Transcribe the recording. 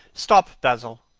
stop, basil!